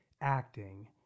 acting